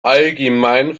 allgemein